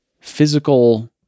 Physical